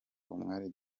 umwali